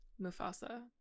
Mufasa